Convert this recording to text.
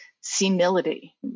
senility